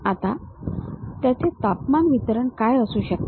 आता त्याचे तापमान वितरण काय असू शकते